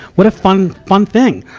what a fun, fun thing.